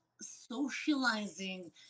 socializing